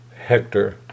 Hector